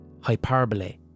hyperbole